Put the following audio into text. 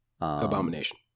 Abomination